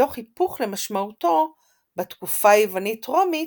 מתוך היפוך למשמעותו בתקופה היוונית-רומית,